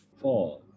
Four